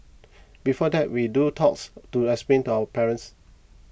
before that we do talks to explain to our parents